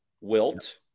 Wilt